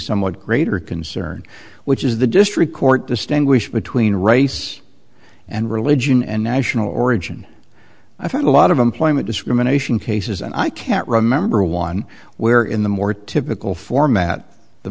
somewhat greater concern which is the district court distinguish between race and religion and national origin i find a lot of employment discrimination cases and i can't remember one where in the more typical format the